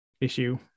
issue